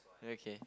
okay